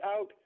out